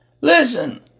Listen